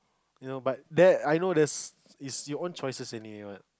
you know but that I know there's is your own choices anyway what